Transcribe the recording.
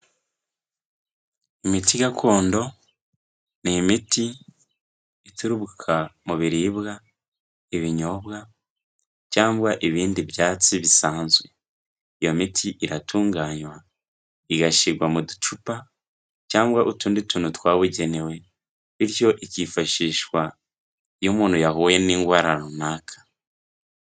Imiti gakondo ni imiti ituruka mu biribwa, ibinyobwa cyangwa ibindi byatsi bisanzwe. Iyo miti iratunganywa igashyirwa mu ducupa cyangwa utundi tuntu twabugenewe, bityo ikifashishwa iyo umuntu yahuye n'indwara runaka.